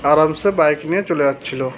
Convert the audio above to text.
আরামসে বাইক নিয়ে চলে যাচ্ছিল